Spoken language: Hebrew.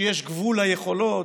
שיש גבול ליכולות,